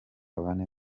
babane